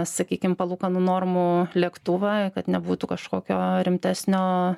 sakykim palūkanų normų lėktuvą kad nebūtų kažkokio rimtesnio